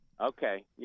Okay